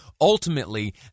Ultimately